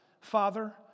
Father